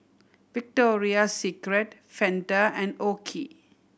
Victoria Secret Fanta and OKI